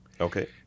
Okay